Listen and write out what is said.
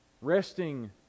Resting